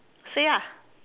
say ah